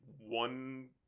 one